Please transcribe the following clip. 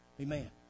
Amen